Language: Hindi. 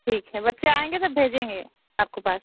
ठीक है बच्चे आएंगे तब भेजेंगे आपके पास